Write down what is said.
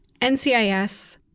NCIS